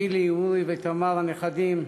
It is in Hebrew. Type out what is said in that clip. גילי, אורי ותמר הנכדים,